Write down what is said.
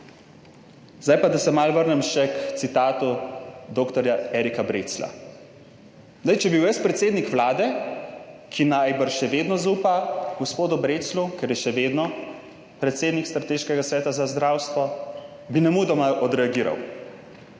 Zdaj pa, da se malo vrnem še k citatu dr. Erika Breclja. Zdaj, če bi bil jaz predsednik Vlade, ki najbrž še vedno zaupa gospodu Breclju, ker je še vedno predsednik Strateškega sveta za zdravstvo, bi nemudoma odreagiral,